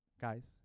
guys